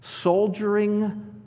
soldiering